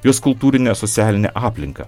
jos kultūrinę socialinę aplinką